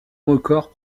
record